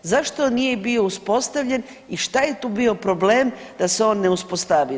Zašto nije bio uspostavljen i šta je tu bio problem da se on ne uspostavi?